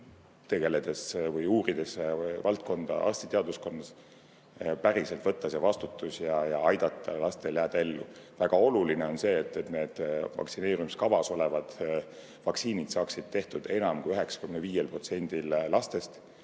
vajadusel uurida seda valdkonda arstiteaduskonnas, päriselt võtta see vastutus ja aidata lastel jääda ellu. Väga oluline on see, et need vaktsineerimiskavas olevad vaktsiinid saaksid tehtud enam kui 95%-l lastest,